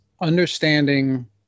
understanding